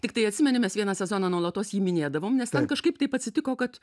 tiktai atsimeni mes vieną sezoną nuolatos jį minėdavom nes ten kažkaip taip atsitiko kad